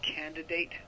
candidate